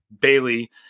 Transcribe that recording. Bailey